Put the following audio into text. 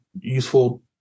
useful